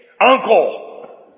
Uncle